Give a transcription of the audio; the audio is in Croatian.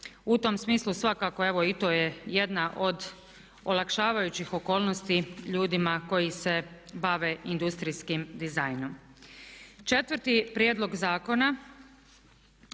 U tom smislu svakako evo i to je jedna od olakšavajućih okolnosti ljudima koji se bave industrijskim dizajnom. Četvrti prijedlog zakona